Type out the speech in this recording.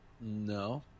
No